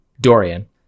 Dorian